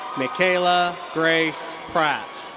mikaela grace pratt.